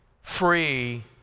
free